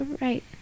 right